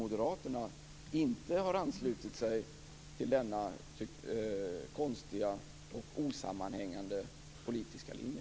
Moderaterna inte har anslutit sig till denna konstiga och osammanhängande politiska linje.